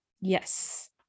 Yes